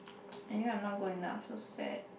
anyway I'm not good enough so sad